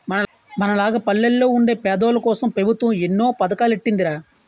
మనలాగ పల్లెల్లో వుండే పేదోల్లకోసం పెబుత్వం ఎన్నో పదకాలెట్టీందిరా